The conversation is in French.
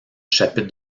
chapitre